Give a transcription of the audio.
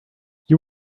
you